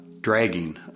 Dragging